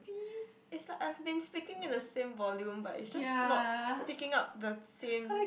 it's like I've been speaking at the same volume but it's just not picking up the same